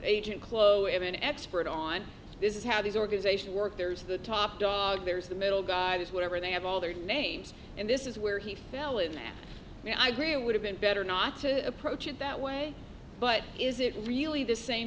agent chlo of an expert on this is how these organizations work there's the top dog there's the middle guys whatever they have all their names and this is where he fell in and now i agree it would have been better not to approach it that way but is it really the same